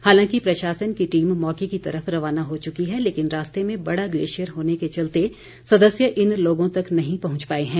हालांकि प्रशासन की टीम मौके की तरफ रवाना हो चुकी है लेकिन रास्ते में बड़ा ग्लेशियर होने के चलते सदस्य इन लोगों तक नहीं पहुंच पाए हैं